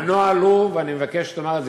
אני רוצה לומר לך כך, תאמר.